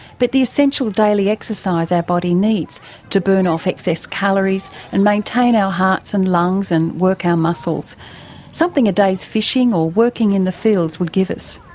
but the essential daily exercise our body needs to burn off excess calories and maintain our hearts and lungs and work our muscles something a day's fishing or working in the fields would give us.